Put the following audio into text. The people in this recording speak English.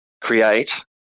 create